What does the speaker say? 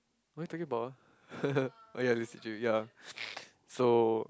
what are we talking about ah oh ya the surgery ya so